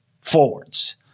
Forwards